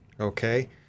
Okay